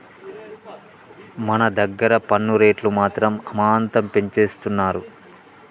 మన దగ్గర పన్ను రేట్లు మాత్రం అమాంతం పెంచేస్తున్నారు